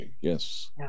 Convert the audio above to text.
Yes